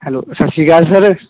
hello ਸਤਿ ਸ਼੍ਰੀ ਅਕਾਲ ਸਰ